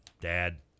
Dad